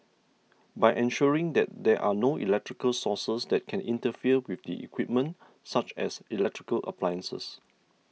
by ensuring that there are no electrical sources that can interfere with the equipment such as electrical appliances